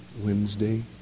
Wednesday